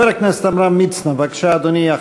חבר הכנסת עמרם מצנע, בבקשה, אדוני.